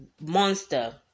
monster